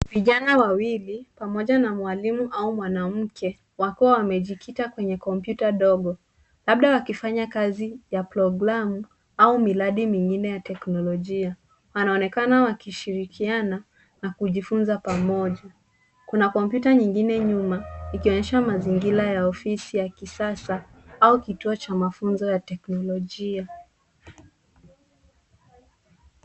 Vijana wawili pamoja na mwalimu au mwanamke wakiwa wamejikita katika kompyuta ndogo, labda wakifanya kazi ya programu au miradi mingine ya kiteknolojia. Wanaonekana wakishirikiana na kujifunza pamoja .Kuna kompyuta nyingine nyuma ikionyesha mazingira ya ofisi ya kisasa au kituo cha mafunzo ya teknolojia.